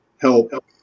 help